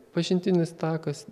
pažintinis takas